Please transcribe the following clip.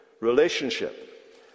relationship